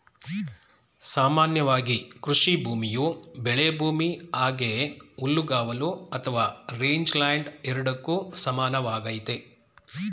ಸಾಮಾನ್ಯವಾಗಿ ಕೃಷಿಭೂಮಿಯು ಬೆಳೆಭೂಮಿ ಹಾಗೆ ಹುಲ್ಲುಗಾವಲು ಅಥವಾ ರೇಂಜ್ಲ್ಯಾಂಡ್ ಎರಡಕ್ಕೂ ಸಮಾನವಾಗೈತೆ